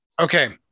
Okay